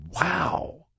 wow